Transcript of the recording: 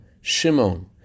Shimon